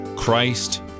Christ